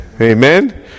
Amen